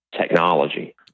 technology